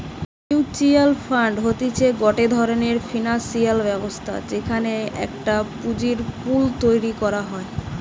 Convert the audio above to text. mutual fund হতিছে গটে ধরণের ফিনান্সিয়াল ব্যবস্থা যেখানে একটা পুঁজির পুল তৈরী করা হয়